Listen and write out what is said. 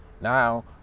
Now